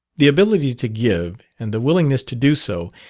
the ability to give, and the willingness to do so,